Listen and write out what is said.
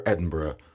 Edinburgh